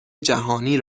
جهانی